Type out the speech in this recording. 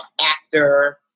actor